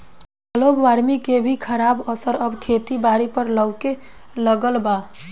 global warming के भी खराब असर अब खेती बारी पर लऊके लगल बा